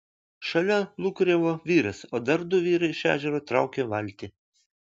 šalia lūkuriavo vyras o dar du vyrai iš ežero traukė valtį